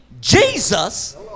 Jesus